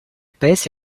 paese